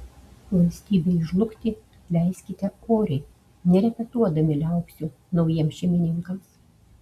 valstybei žlugti leiskite oriai nerepetuodami liaupsių naujiems šeimininkams